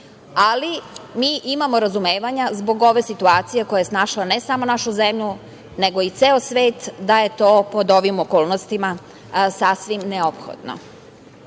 ali mi imamo razumevanja zbog ove situacije koja je snašla ne samo našu zemlju, nego i svet, tako da je to pod ovim okolnostima sasvim neophodno. Dana